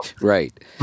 Right